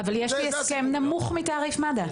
אבל יש לי הסכם נמוך מתעריף מד"א.